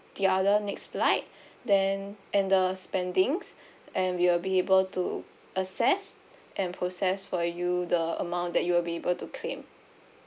the other next flight then and the spendings and we'll be able to assess and process for you the amount that you will be able to claim